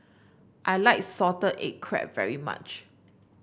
I like Salted Egg Crab very much